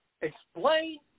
Explain